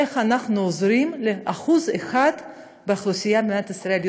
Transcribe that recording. איך אנחנו עוזרים ל-1% באוכלוסיית מדינת ישראל,